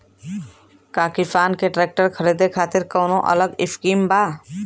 का किसान के ट्रैक्टर खरीदे खातिर कौनो अलग स्किम बा?